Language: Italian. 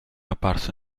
apparso